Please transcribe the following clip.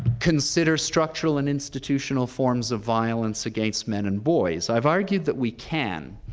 consider structural and institutional forms of violence against men and boys? i've argued that we can,